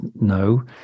no